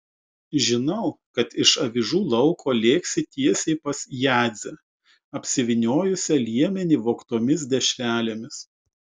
žinau kad iš avižų lauko lėksi tiesiai pas jadzę apsivyniojusią liemenį vogtomis dešrelėmis